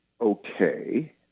okay